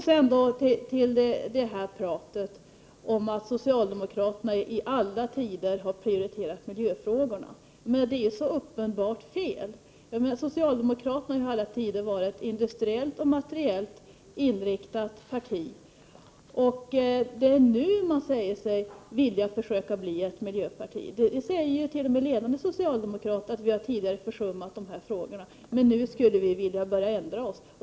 Sedan till talet om att socialdemokraterna i alla tider har prioriterat miljöfrågorna. Det är så uppenbart fel. Socialdemokraterna har i alla tider varit ett industriellt och materiellt inriktat parti. Det är nu man säger sig vilja försöka bli ett miljöparti. T.o.m. ledande socialdemokrater säger ju att socialdemokraterna tidigare har försummat dessa frågor. Nu vill ni socialdemokrater ändra er.